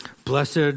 Blessed